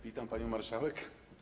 Witam panią marszałek.